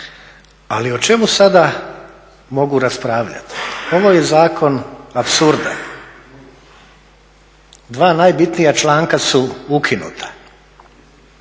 Ali o čemu sada mogu raspravljati? Ovo je zakon apsurda. Dva najbitnija članka su ukinuta.